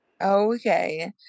okay